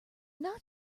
not